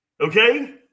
Okay